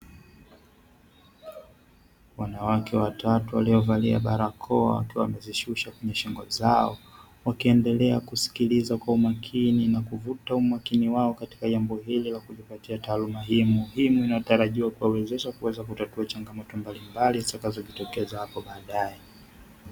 Wanawake watatu waliovalia barakoa wakiwa wamezishusha kwenye shingo zao ,wakiendelea kusikiliza kwa umakini na kuvuta umakini wao katika jambo hili muhimu inayoweza kuwawezesha kutatua changamoto mbalimbali zitakazojitokeza hapo baadae.